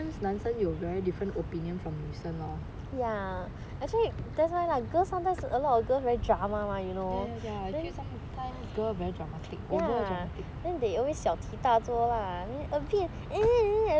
I feel sometimes 男生有 very different opinions from 女生 lor ya ya ya I feel sometimes girl very dramatic over dramatic